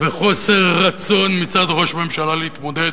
וחוסר רצון מצד ראש הממשלה להתמודד,